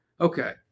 Okay